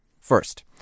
First